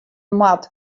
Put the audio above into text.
moat